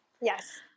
Yes